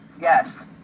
Yes